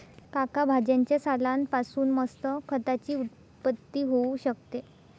काका भाज्यांच्या सालान पासून मस्त खताची उत्पत्ती होऊ शकते